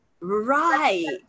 right